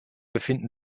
befinden